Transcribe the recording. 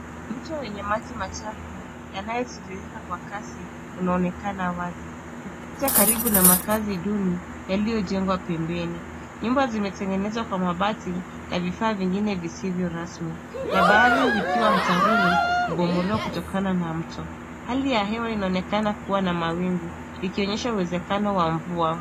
Mto wenye maji machafu yanayotiririka kwa kasi unaonekana wazi ukipita karibu na makazi duni yaliyojengwa pembeni. Nyumba zimetengenezwa kwa mabati na vifaa vingine visivyo rasmi na baadhi zikiwa hatarini kubomolewa kutokana na mto. Hali ya hewa inaonekana kuwa na mawingu ikionyesha uwezekano wa mvua.